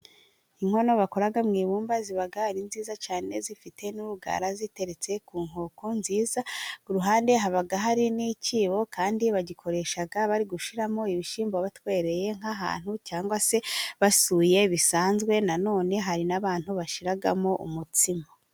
Inkono bakora mu ibumba ziba ari nziza cyane zifite n'urugara ziteretse ku nkoko nziza, ku ruhande haba hari n'icyibo kandi bagikoresha bari gushyiramo ibishyimbo watwereye nk'ahantu cyangwa se basuye bisanzwe, nanone hari n'abantu bashiramo umutsima.